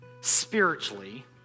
spiritually